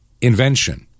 invention